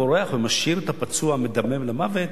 בורח ומשאיר את הפצוע מדמם למוות,